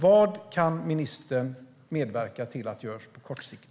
Vad kan ministern medverka till görs på kort sikt?